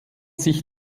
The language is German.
sich